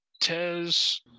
Tez